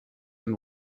and